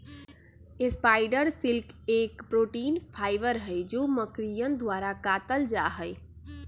spider silk एक protein fibre हई जो मकड़ियन द्वारा कातल जाहई